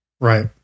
Right